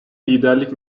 liderlik